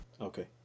Okay